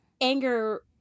anger